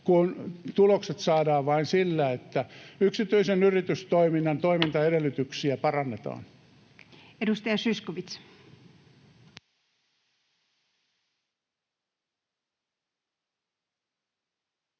kun tulokset saadaan vain sillä, että yksityisen yritystoiminnan toimintaedellytyksiä parannetaan. Edustaja Zyskowicz.